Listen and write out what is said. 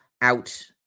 out